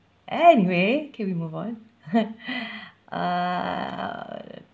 anyway can we move on uh